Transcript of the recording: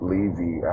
Levy